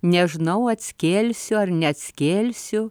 nežinau atskelsiu ar neatskelsiu